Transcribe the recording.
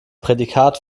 prädikat